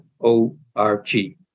O-R-G